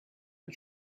and